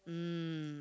mm